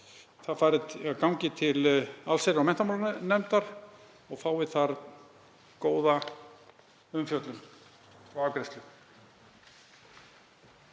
að það gangi til allsherjar- og menntamálanefndar og fái þar góða umfjöllun og afgreiðslu.